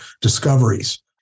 discoveries